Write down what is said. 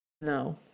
No